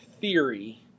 theory